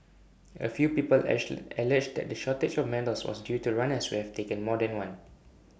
A few people age alleged that the shortage of medals was due to runners who have taken more than one